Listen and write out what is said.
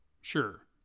Sure